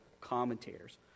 commentators